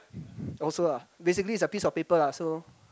also ah basically it's a piece of paper lah so